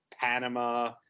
Panama